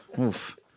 Oof